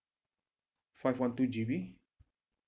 five one two G_B